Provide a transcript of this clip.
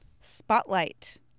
spotlight